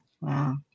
Wow